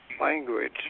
language